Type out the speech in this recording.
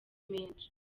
menshi